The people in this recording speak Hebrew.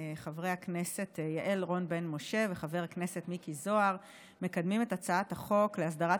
חברי הכנסת יעל רון בן משה ומיקי זוהר מקדמים את הצעת החוק להסדרת